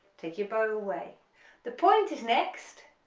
take your bow away the point is next,